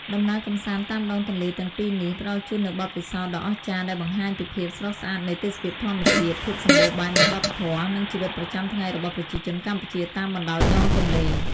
ដំណើរកម្សាន្តតាមដងទន្លេទាំងពីរនេះ ផ្តល់ជូននូវបទពិសោធន៍ដ៏អស្ចារ្យដែលបង្ហាញពីភាពស្រស់ស្អាតនៃទេសភាពធម្មជាតិ ភាពសម្បូរបែបនៃវប្បធម៌ និងជីវិតប្រចាំថ្ងៃរបស់ប្រជាជនកម្ពុជាតាមបណ្តោយដងទន្លេ។